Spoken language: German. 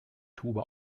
tube